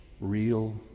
real